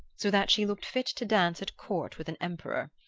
so that she looked fit to dance at court with an emperor.